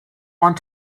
want